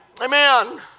Amen